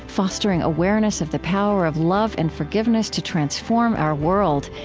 fostering awareness of the power of love and forgiveness to transform our world.